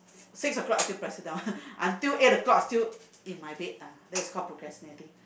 six o-clock and you press it down until eight o-clock I still in my bed that is called procrastinating